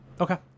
Okay